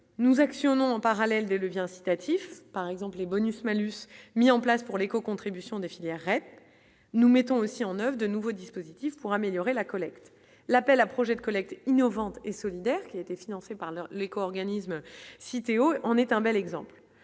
nous action non parallèle des leviers incitatifs par exemple les bonus-malus mis en place pour l'éco- contribution des filières REP, nous mettons aussi en oeuvre de nouveaux dispositifs pour améliorer la collecte, l'appel à projets de collecte innovante et solidaire, qui a été financé par leur l'éco-organisme cité au en est un bel exemple